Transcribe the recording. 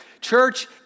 Church